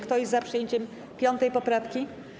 Kto jest za przyjęciem 5. poprawki?